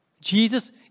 Jesus